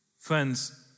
Friends